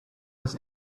was